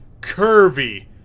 curvy